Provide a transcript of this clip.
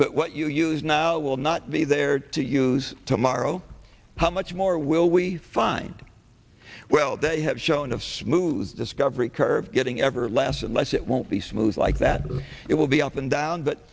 but what you use now will not be there to use tomorrow how much more will we find well they have shown of smoothes discovery curve getting ever less and less it won't be smooth like that but it will be up and down but